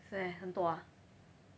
是 meh 很多啊